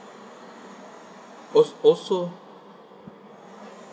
al~ also